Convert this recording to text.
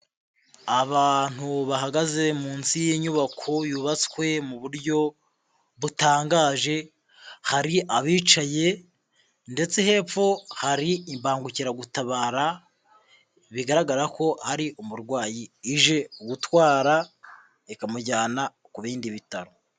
Abantu bahagaze munsi y'inyubako yubatswe mu buryo butangaje, hari abicaye ndetse hepfo hari imbangukiragutabara, bigaragara ko hari umurwayi ije gutwara ikamujyana ku bindi bitaro.